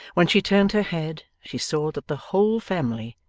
when she turned her head, she saw that the whole family,